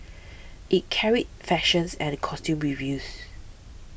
it carried fashions and the costume reviews